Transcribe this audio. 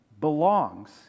belongs